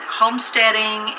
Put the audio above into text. homesteading